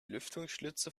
lüftungsschlitze